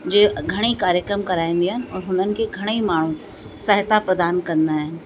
जे घणेई कार्यक्रम कराईंदी आहिनि और हुननि खे घणेई माण्हू सहायता प्रदान कंदा आहिनि